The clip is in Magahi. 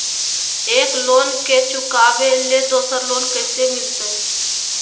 एक लोन के चुकाबे ले दोसर लोन कैसे मिलते?